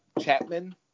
Chapman